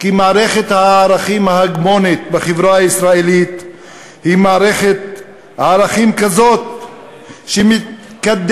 כי מערכת הערכים ההגמונית בחברה הישראלית היא מערכת ערכים כזאת שמקדשת